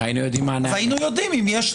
היינו יודעים אם יש סיבה.